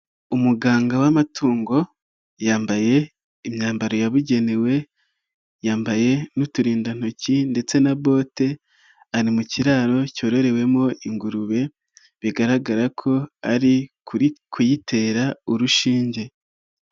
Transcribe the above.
Umuganga w'amatungo yambaye imyambaro yabugenewe yambaye n'uturindantoki ndetse na bote, ari mu kiraro cyororewemo ingurube bigaragara ko ari kuyitera urushinge.